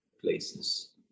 places